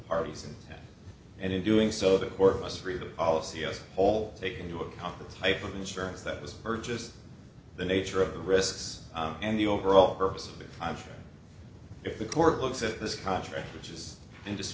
parties and in doing so the court must read the policy as a whole take into account the type of insurance that was purchased the nature of the risks and the overall purpose of it i'm sure if the court looks at this contract which is